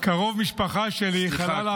קרוב משפחה שלי חלה --- סליחה,